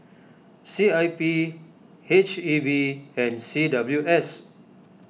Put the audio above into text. C I P H E B and C W S